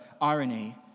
irony